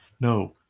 No